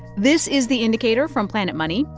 this is the indicator from planet money.